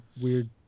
weird